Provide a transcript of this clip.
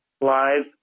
live